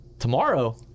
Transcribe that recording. Tomorrow